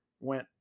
went